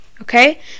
okay